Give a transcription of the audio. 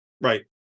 Right